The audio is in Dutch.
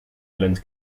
island